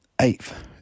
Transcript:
eighth